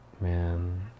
Man